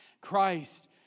Christ